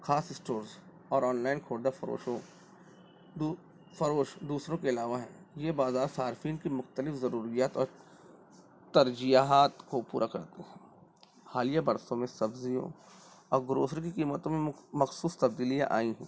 خاص اسٹورز اور online خوردہ فروشوں فروش دوسروں کے علاوہ ہیں یہ بازار صارفین كی مختلف ضروریات اور ترجیحات كو پورا کرتے ہیں حالیہ برسوں میں سبزیوں اورگروسری کی قیمتوں میں مخصوص تبدیلیاں آئی ہیں